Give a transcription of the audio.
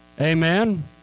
Amen